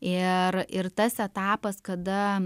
ir ir tas etapas kada